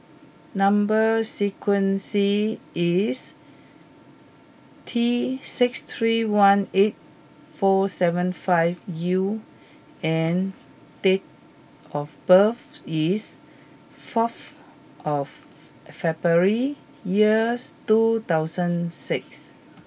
number sequence is T six three one eight four seven five U and date of birth is four of February years two thousand six